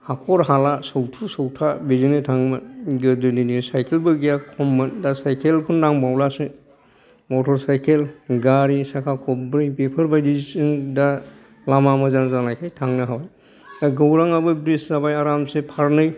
हाखर हाला सौथु सौथा बिजोंनो थाङोमोन गोदोनिनि सायकेलबो गैया खममोन दा सायकेल खौ नांबावलासो मटर साइकेल गारि साखा खबब्रै बेफोर बादि जों दा लामा मोजां जानायखाय थांनो हाबाय दा गौरांआबो ब्रिज जाबाय आरामसे फारनै